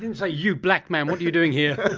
didn't say, you, black man, what are you doing here?